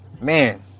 Man